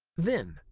then,